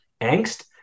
angst